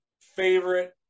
favorite